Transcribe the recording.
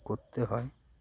করতে হয়